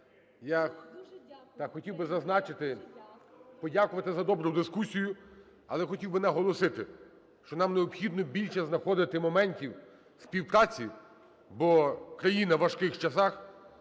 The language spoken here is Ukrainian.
я хотів би зазначити, подякувати за добру дискусію. Але хотів би наголосити, що нам необхідно більше знаходити моментів в співпраці, бо країна у важких часах,